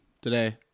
today